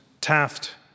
Taft